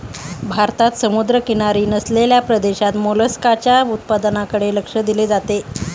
भारतात समुद्रकिनारी नसलेल्या प्रदेशात मोलस्काच्या उत्पादनाकडे लक्ष दिले जाते